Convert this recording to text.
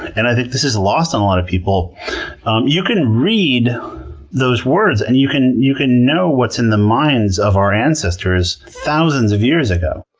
and i think this is lost on a lot of people um you can read those words and you can you can know what's in the minds of our ancestors thousands of years ago.